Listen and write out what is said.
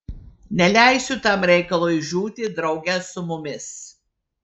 neleisiu tam reikalui žūti drauge su mumis